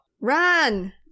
Run